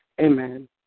Amen